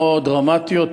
לא דרמטיות,